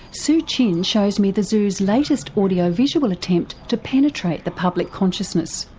sue chin shows me the zoos latest audio visual attempt to penetrate the public consciousness.